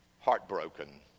heartbroken